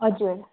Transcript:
हजुर